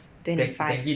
twenty five